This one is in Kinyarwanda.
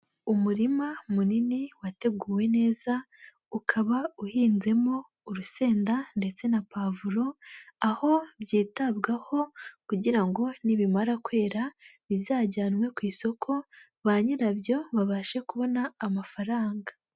Umurima munini wateguwe neza ukaba uhinzemo urusenda ndetse na pavuro, aho byitabwaho kugira ngo nibimara kwera bizajyanwe ku isoko, ba nyirabyo babashe kubona amafaranga.